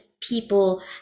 people